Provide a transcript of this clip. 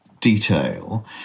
detail